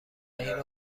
اینو